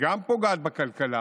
גם פוגעת בכלכלה